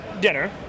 dinner